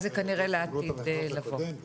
אז זה כנראה לעתיד לבוא.